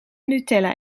nutella